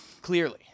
Clearly